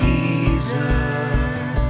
Jesus